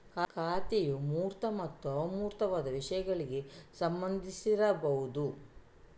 ಖಾತೆಯು ಮೂರ್ತ ಮತ್ತು ಅಮೂರ್ತವಾದ ವಿಷಯಗಳಿಗೆ ಸಂಬಂಧಿಸಿರಬಹುದು